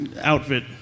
outfit